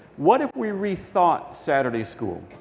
what if we re-thought saturday school.